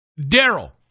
Daryl